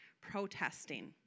protesting